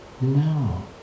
No